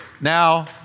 Now